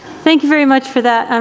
thank you very much for that.